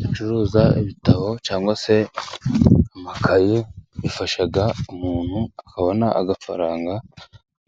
Gucuruza ibitabo cyangwa se amakayi bifasha umuntu akabona amafaranga,